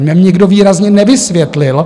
To mi nikdo výrazně nevysvětlil.